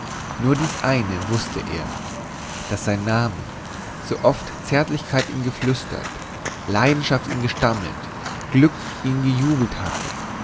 nur dies eine wußte er daß sein name so oft zärtlichkeit ihn geflüstert leidenschaft ihn gestammelt glück ihn gejubelt hatte